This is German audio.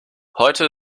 heute